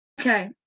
Okay